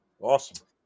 Awesome